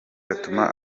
gatuma